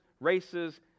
races